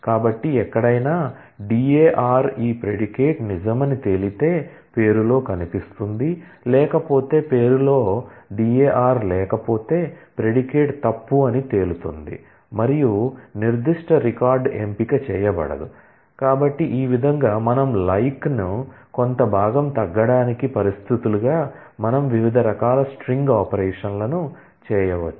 కాబట్టి ఎక్కడైనా "దార్" ను కొంత భాగం తగ్గడానికి పరిస్థితులుగా మనం వివిధ రకాల స్ట్రింగ్ ఆపరేషన్లను చేయవచ్చు